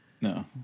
no